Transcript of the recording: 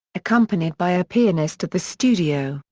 accompanied by a pianist at the studio,